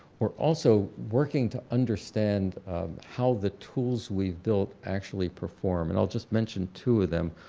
we're also working to understand how the tools we've built actually perform and i'll just mention two of them.